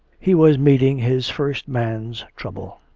he was meeting his first man's trouble.